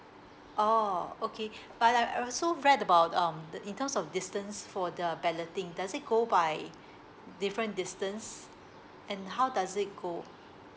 oh okay but I I also read about um the in terms of distance for the balloting does it go by different distance and how does it go